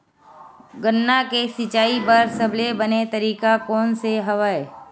गन्ना के सिंचाई बर सबले बने तरीका कोन से हवय?